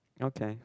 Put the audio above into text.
okay